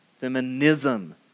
Feminism